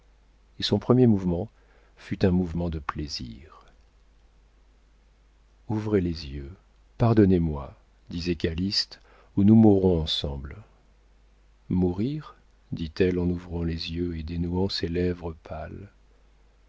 et son premier mouvement fut un mouvement de plaisir ouvrez les yeux pardonnez-moi disait calyste ou nous mourrons ensemble mourir dit-elle en ouvrant les yeux et dénouant ses lèvres pâles